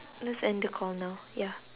let's end the call now ya